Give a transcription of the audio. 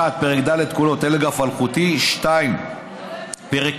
1. פרק ד' כולו (טלגרף אלחוטי); 2. פרק